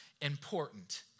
important